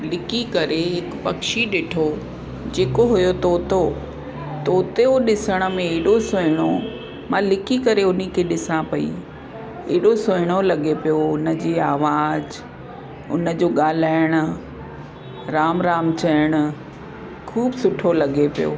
लिकी करे हिक पक्षी ॾिठो जेको हुयो तोतो तोतो ॾिसण में हेॾो सुहिणो मां लिकी करे उनखे ॾिसां पई अहिड़ो सुहिणो लॻे पियो उनजी आवाज़ु उनजो ॻाल्हाइणु राम राम चवण खूब सुठो लॻे पियो